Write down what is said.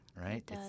right